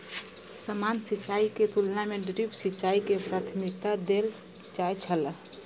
सामान्य सिंचाई के तुलना में ड्रिप सिंचाई के प्राथमिकता देल जाय छला